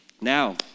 Now